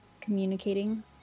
communicating